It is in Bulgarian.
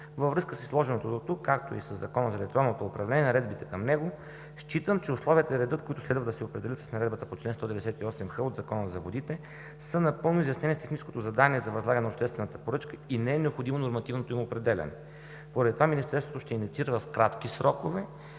Във връзка с изложеното дотук, както и със Закона за електронното управление и наредбите към него, считам, че условията и редът, които следва да се определят с наредбата по чл. 198х от Закона за водите, са напълно изяснени с техническото задание за възлагане на обществената поръчка и не е необходимо нормативното им определяне. Поради това Министерството ще инициира в кратки срокове